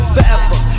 Forever